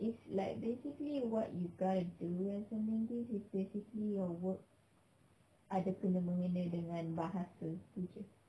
it's like basically what you got to do as a linguist is basically your work ada kena mengena dengan bahasa tu jer